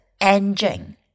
engine